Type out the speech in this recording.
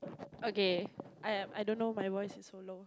okay I I don't my voice is so low